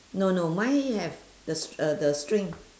no no mine have the st~ uh the string